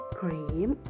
cream